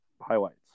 highlights